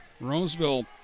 Roseville